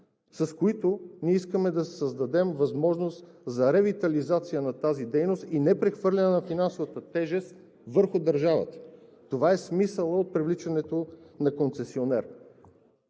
с които искаме да създадем възможност за ревитализация на тази дейност и непрехвърляне на финансовата тежест върху държавата. Това е смисълът от привличането на концесионера.